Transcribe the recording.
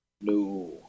no